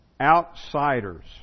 Outsiders